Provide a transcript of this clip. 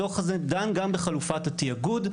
הדו"ח הזה דן גם בחלופת התיאגוד ,